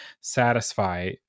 satisfy